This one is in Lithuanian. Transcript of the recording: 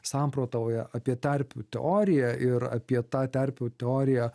samprotauja apie terpių teoriją ir apie tą terpių teoriją